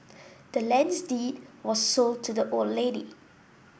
the land's deed was sold to the old lady